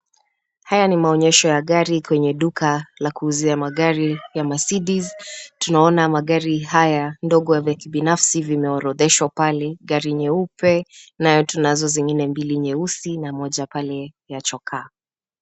Haya ni maonyesho ya gari kwenye duka la kuuzia magari ya mercedes, tunaona magari haya ndogo vya kibinafsi vimeorodheshwa pale, gari nyeupe nayo tunazo zingine mbili nyeusi na moja pale ya chokaa.